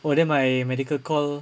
oh then my medical call